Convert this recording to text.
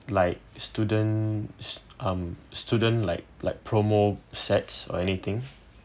like student s~ um student like like promo sets or anything